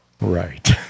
Right